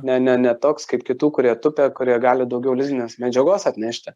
ne ne ne toks kaip kitų kurie tupia kurie gali daugiau lizdinės medžiagos atnešti